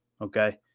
Okay